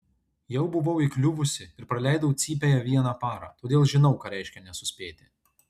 jau buvau įkliuvusi ir praleidau cypėje vieną parą todėl žinau ką reiškia nesuspėti